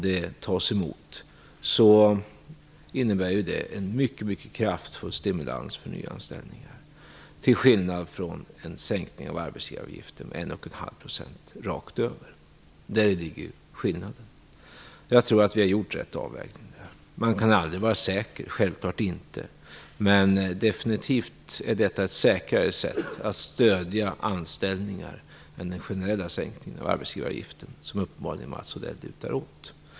Det innebär en mycket kraftfull stimulans för nyanställningar till skillnad från vad en sänkning av arbetsgivaravgiften med 1,5 % skulle innebära. Jag tror att vi har gjort den rätta avvägningen. Man kan självfallet aldrig vara säker, men detta är definitivt ett säkrare sätt att stödja nyanställningar än en generell sänkning av arbetsgivaravgiften, vilket Mats Odell uppenbarligen lutar åt.